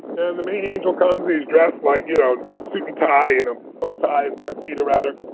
and the main angel comes and he's dressed like you know suit and tie in a bow tie and tuxedo rather.